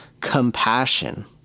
compassion